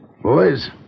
boys